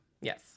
yes